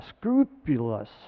scrupulous